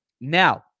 now